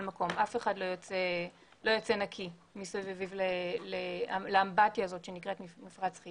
מקום ואף אחד לא יוצא נקי מסביב לאמבטיה הזאת שנקראת מפרץ חיפה.